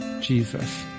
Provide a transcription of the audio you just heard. Jesus